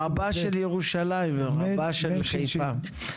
רבה של ירושלים ורבה של חיפה.